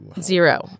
Zero